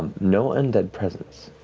no undead presence,